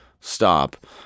stop